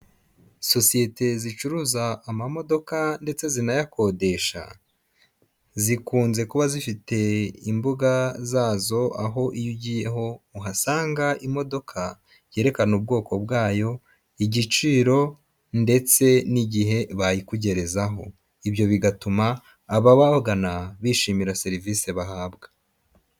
Sosiyete zicuruza ama modoka ndetse zinayakodesha, zikunze kuba zifite imbuga zazo aho iyo ugiyeho uhasanga imodoka yerekana ubwoko bwayo, igiciro ndetse n'igihe bayikugerezaho, ibyo bigatuma ababagana bishimira serivisi bahabwa.